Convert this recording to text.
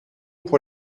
pour